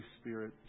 Spirit